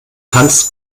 tanz